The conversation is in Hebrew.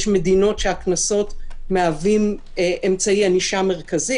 יש מדינות שבהן הקנסות מהווים אמצעי ענישה מרכזי.